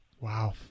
Wow